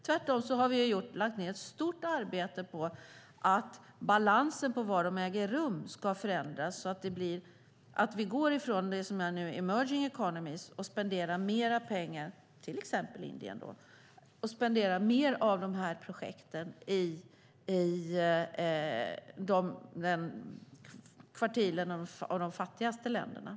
Tvärtom har vi lagt ned ett stort arbete på att balansen när det gäller var de äger rum ska förändras så att vi går från det som nu är emerging economies, till exempel Indien, och fördelar mer av pengarna till de här projekten i länderna i den fattigaste kvartilen.